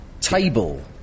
Table